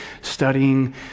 studying